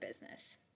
business